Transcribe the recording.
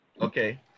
Okay